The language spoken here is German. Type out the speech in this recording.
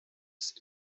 ist